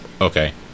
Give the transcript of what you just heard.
Okay